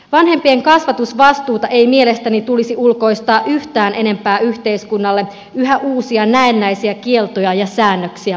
vanhempien kasvatusvastuuta ei mielestäni tulisi ulkoistaa yhtään enempää yhteiskunnalle yhä uusia näennäisiä kieltoja ja säännöksiä luomalla